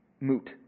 moot